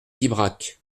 pibrac